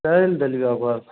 चैल देलियै घरसँ